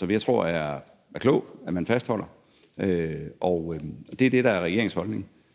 og jeg tror, det er klogt at fastholde dem. Det er det, der er regeringens holdning,